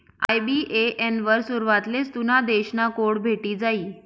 IBAN वर सुरवातलेच तुना देश ना कोड भेटी जायी